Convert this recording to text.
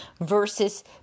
versus